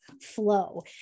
flow